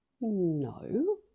No